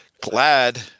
glad